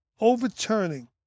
overturning